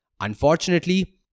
Unfortunately